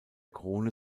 krone